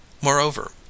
Moreover